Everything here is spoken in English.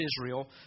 Israel